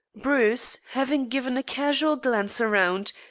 bruce, having given a casual glance around,